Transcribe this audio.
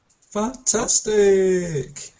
Fantastic